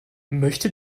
möchte